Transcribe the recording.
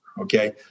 Okay